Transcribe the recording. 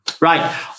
Right